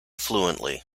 fluently